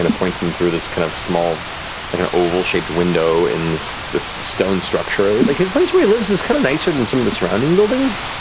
points and through this kind of small like and oval-shaped window in this this stone structure. ah like his place where he lives is kind of nicer than some of the surrounding buildings.